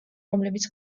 რომლებიც